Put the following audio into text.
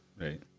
right